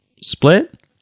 split